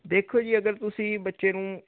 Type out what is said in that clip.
ਦੇਖੋ ਜੀ ਅਗਰ ਤੁਸੀਂ ਬੱਚੇ ਨੂੰ